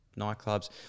nightclubs